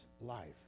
life